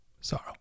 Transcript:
sorrow